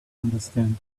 understand